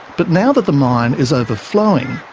but now that the mine is overflowing,